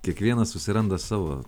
kiekvienas susiranda savo